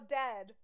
dead